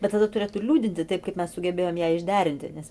bet tada turėtų ir liūdinti taip kaip mes sugebėjom ją išderinti nes